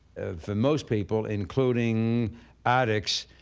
for most people, including addicts,